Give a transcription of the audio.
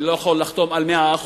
אני לא יכול לחתום על 100%,